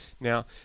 Now